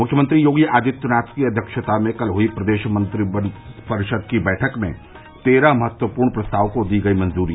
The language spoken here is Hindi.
मुख्यमंत्री योगी आदित्यनाथ की अध्यक्षता में कल हुई प्रदेश मंत्रिपरिषद की बैठक में तेरह महत्वपूर्ण प्रस्तावों को दी गई मंजूरी